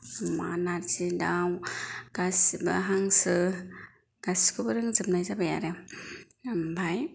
अमा नारजि दाउ गासैबो हांसो गासैखौबो रोंजाबनाय जाबाय आरो ओमफाय